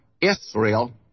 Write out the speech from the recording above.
Israel